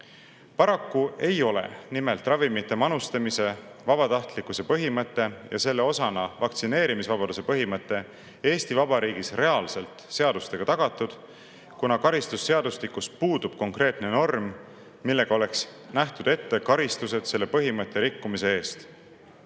Paraku ei ole nimelt ravimite manustamise vabatahtlikkuse põhimõte ja selle osana vaktsineerimisvabaduse põhimõte Eesti Vabariigis reaalselt seadustega tagatud, kuna karistusseadustikus puudub konkreetne norm, millega oleks nähtud ette karistused selle põhimõtte rikkumise eest.